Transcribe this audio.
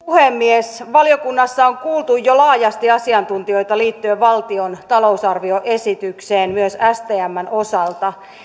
puhemies valiokunnassa on kuultu jo laajasti asiantuntijoita liittyen valtion talousarvioesitykseen myös stmn osalta